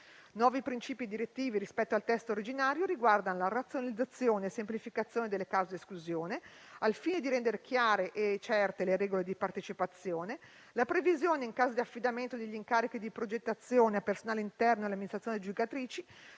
Nuovi principi direttivi rispetto al testo originario riguardano la razionalizzazione e la semplificazione delle cause di esclusione, al fine di rendere chiare e certe le regole di partecipazione; la previsione, in caso di affidamento degli incarichi di progettazione a personale interno alle amministrazioni aggiudicatrici,